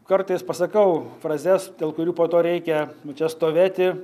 kartais pasakau frazes dėl kurių po to reikia čia stovėti